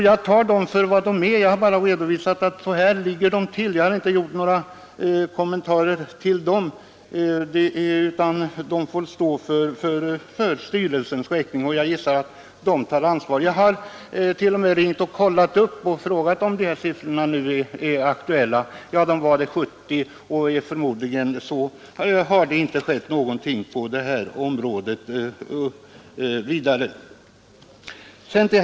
Jag tar dem för vad de är, jag har bara redovisat att så här ligger det till. Jag har inte gjort några kommentarer till dem utan de får stå för styrelsens räkning och jag gissar att den tar ansvaret. Så var det 1970 och är förmodligen så ännu. Nu vill jag vända mig till herr Enlund.